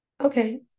Okay